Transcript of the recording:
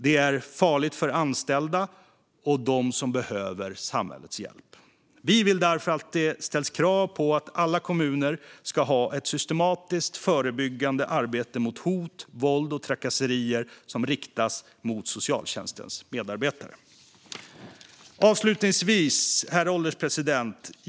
Det är farligt för anställda och dem som behöver samhällets hjälp. Vi vill därför att det ställs krav på att alla kommuner ska ha ett systematiskt förebyggande arbete mot hot, våld och trakasserier som riktas mot socialtjänstens medarbetare. Herr ålderspresident!